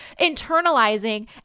internalizing